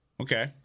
Okay